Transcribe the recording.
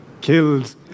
killed